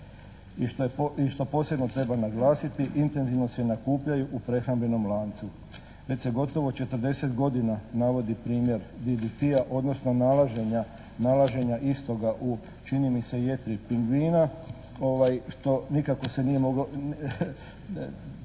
I što posebno treba naglasiti, intenzivno se nakupljaju u prehrambenom lancu. Već se gotovo četrdeset godina navodi primjer DDT-a odnosno nalaženja istoga u čini mi se jetri pingvina što nikako se nije moglo,